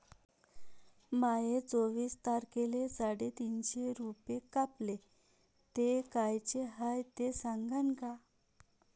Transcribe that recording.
माये चोवीस तारखेले साडेतीनशे रूपे कापले, ते कायचे हाय ते सांगान का?